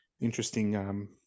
interesting